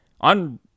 On